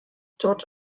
dort